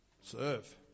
Serve